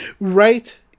right